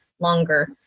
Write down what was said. longer